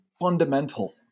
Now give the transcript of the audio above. fundamental